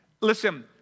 Listen